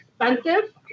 expensive